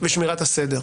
ושמירת הסדר,